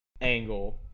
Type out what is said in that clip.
Angle